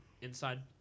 inside